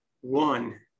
One